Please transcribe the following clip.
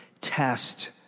Test